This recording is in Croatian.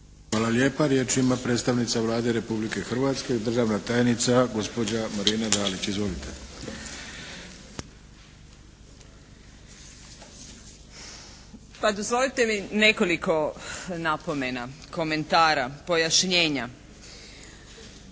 Hvala lijepa. Riječ ima predstavnica Vlade Republike Hrvatske, državna tajnica gospođa mr. sc. Martina Dalić. Izvolite. **Dalić, Martina** Pa dozvolite mi nekoliko napomena, komentara, pojašnjenja.